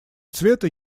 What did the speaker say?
цвета